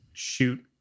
shoot